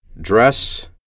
dress